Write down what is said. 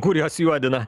kuriuos juodina